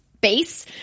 base